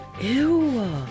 Ew